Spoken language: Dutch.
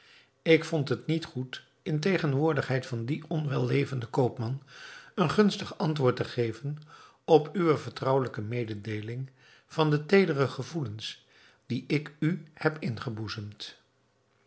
ik vond het niet goed in tegenwoordigheid van dien onwellevenden koopman een gunstig antwoord te geven op uwe vertrouwelijke mededeeling van de teedere gevoelens die ik u heb